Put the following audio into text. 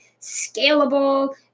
scalable